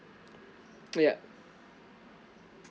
ya